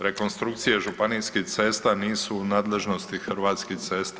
Rekonstrukcije županijskih cesta nisu u nadležnosti Hrvatskih cesta.